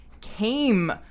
came